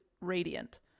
radiant